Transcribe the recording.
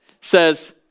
says